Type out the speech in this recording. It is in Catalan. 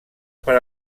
per